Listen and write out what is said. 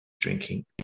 drinking